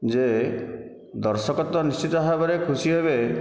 ଯେ ଦର୍ଶକ ତ ନିଶ୍ଚିତ ଭାବରେ ଖୁସି ହେବେ